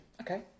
Okay